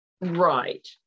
right